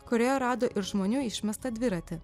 kurioje rado ir žmonių išmestą dviratį